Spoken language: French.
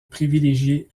privilégiée